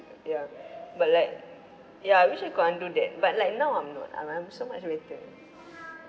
ya but like ya wish I can undo that but like now I'm not I'm I'm so much better